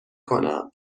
کنم